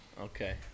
Okay